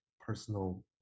personal